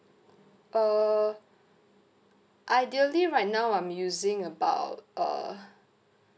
uh ideally right now I'm using about uh